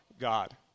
God